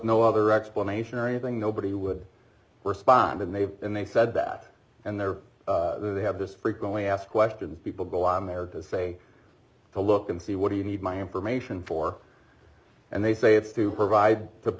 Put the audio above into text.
no other explanation or anything nobody would respond and they and they said that and there they have this freak going ask questions people go on there to say to look and see what do you need my information for and they say it's to provide